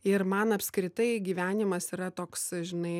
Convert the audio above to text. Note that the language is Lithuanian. ir man apskritai gyvenimas yra toks žinai